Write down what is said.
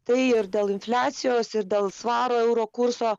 tai ir dėl infliacijos ir dėl svaro euro kurso